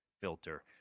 filter